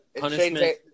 punishment